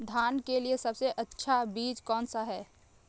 धान के लिए सबसे अच्छा बीज कौन सा है?